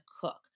cook